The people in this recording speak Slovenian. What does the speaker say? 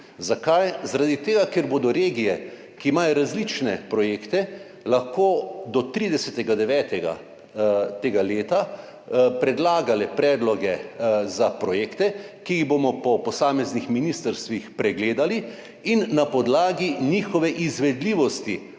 Zakaj? Zaradi tega ker bodo regije, ki imajo različne projekte, lahko do 30. 9. tega leta predlagale predloge za projekte, ki jih bomo po posameznih ministrstvih pregledali in na podlagi njihove izvedljivosti